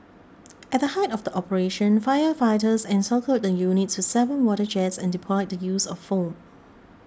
at height of the operation firefighters encircled the units with seven water jets and deployed the use of foam